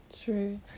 True